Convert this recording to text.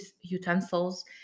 utensils